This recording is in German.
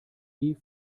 wie